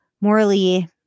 morally